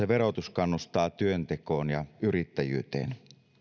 verotus kannustaa työntekoon ja yrittäjyyteen